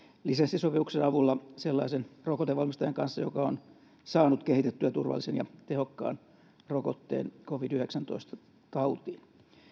lisenssisopimuksen avulla sellaisen rokotevalmistajan kanssa joka on saanut kehitettyä turvallisen ja tehokkaan rokotteen covid yhdeksäntoista tautiin